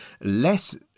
less